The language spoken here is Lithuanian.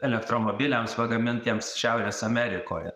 elektromobiliams pagamintiems šiaurės amerikoje